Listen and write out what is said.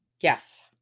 Yes